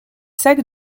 sacs